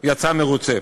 יצא מרוצה.